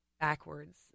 backwards